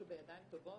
שהוא בידיים טובות?